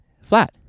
Flat